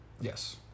Yes